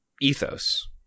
ethos